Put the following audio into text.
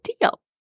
deal